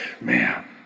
Man